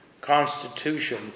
constitution